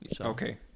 Okay